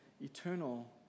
eternal